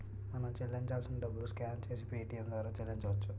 మనం చెల్లించాల్సిన డబ్బులు స్కాన్ చేసి పేటియం ద్వారా చెల్లించవచ్చు